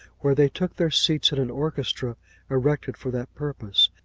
where they took their seats in an orchestra erected for that purpose,